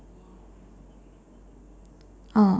oh